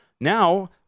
Now